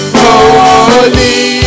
Holy